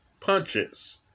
punches